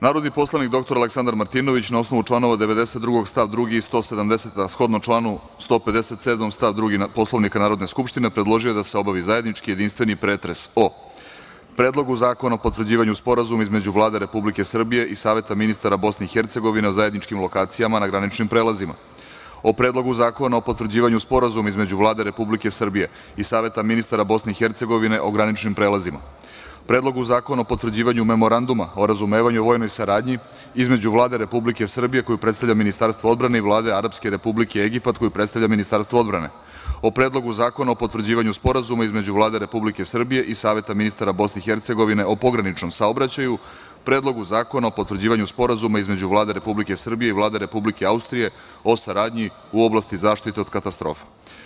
Narodni poslanik dr Aleksandar Martinović, na osnovu čl. 92. stav 2. i 170, a shodno članu 157. stav 2. Poslovnika Narodne skupštine, predložio je da se obavi zajednički jedinstveni pretres o: Predlogu zakona o potvrđivanju Sporazuma između Vlade Republike Srbije i Saveta ministara Bosne i Hercegovine o zajedničkim lokacijama na graničnim prelazima, Predlogu zakona o potvrđivanju Sporazuma između Vlade Republike Srbije i Saveta ministara Bosne i Hercegovine o graničnim prelazima, Predlogu zakona o potvrđivanju Memoranduma o razumevanju o vojnoj saradnji između Vlade Republike Srbije koju predstavlja Ministarstvo odbrane i Vlade Arapske Republike Egipat koju predstavlja Ministarstvo odbrane, Predlogu zakona o potvrđivanju Sporazuma između Vlade Republike Srbije i Saveta ministara Bosne i Hercegovine o pograničnom saobraćaju i Predlog zakona o potvrđivanju Sporazuma između Vlade Republike Srbije i Vlade Republike Austrije o saradnji u oblasti zaštite od katastrofa.